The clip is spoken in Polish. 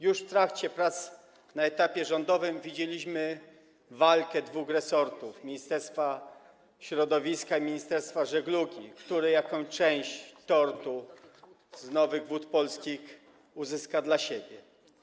Już w trakcie prac na etapie rządowym widzieliśmy walkę dwóch resortów: Ministerstwa Środowiska i ministerstwa żeglugi o to, które jaką część tortu z nowych Wód Polskich uzyska dla siebie.